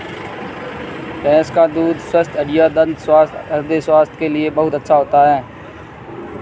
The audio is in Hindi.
भैंस का दूध स्वस्थ हड्डियों, दंत स्वास्थ्य और हृदय स्वास्थ्य के लिए बहुत अच्छा है